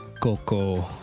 Coco